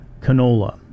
canola